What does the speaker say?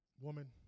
woman